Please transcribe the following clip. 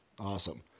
Awesome